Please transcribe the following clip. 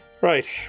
Right